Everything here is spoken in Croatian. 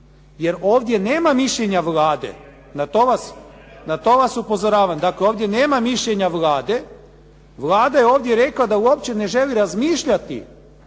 jer ovdje nema mišljenja Vlade, na to vas upozoravam, dakle, ovdje nema mišljenja Vlade, Vlada je ovdje rekla da uopće ne želi razmišljati